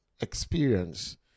experience